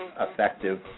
effective